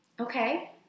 Okay